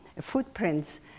footprints